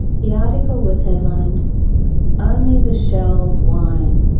the article was headlined only the shells whine.